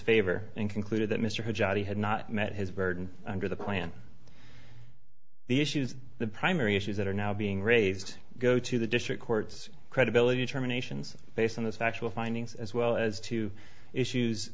favor and concluded that mr johnny had not met his burden under the plan the issues the primary issues that are now being raised go to the district court's credibility terminations based on the factual findings as well as to issues